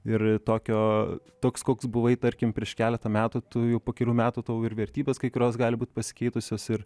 ir tokio toks koks buvai tarkim prieš keletą metų tu jau po kelių metų tau ir vertybės kai kurios gali būt pasikeitusios ir